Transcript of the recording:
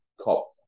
cop